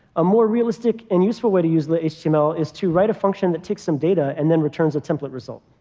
a more realistic and useful way to use lit-html is to write a function that takes some data, and then returns a template result,